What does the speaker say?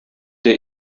der